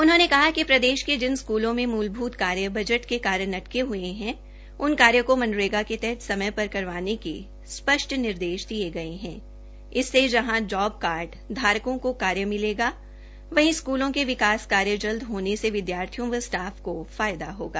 उन्होंने कहा कि प्रदेश के वहां जिन स्कूलों में मूलभूत कार्य बजट के कारण अटके हये है उन कार्यो को मनरेगा के तहत समय पर करवाने के स्पष्ट निर्देश दिये गये है इससे जॉब कार्ड धारकों के कार्य मिलेगा वहीं स्कूलों के विकास कार्य जहां जल्द होने से विदयार्थियों से विदयार्थी व सटाफ को लाभ होगा